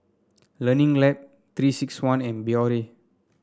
Learning Lab Three six one and Biore